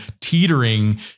teetering